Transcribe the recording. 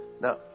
Now